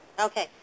Okay